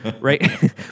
right